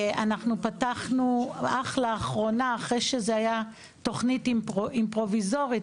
אנחנו פתחנו אך לאחרונה אחרי שזה היה תוכנית פרוביזורית.